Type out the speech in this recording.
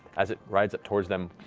as it rides up towards them,